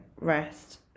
rest